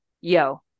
yo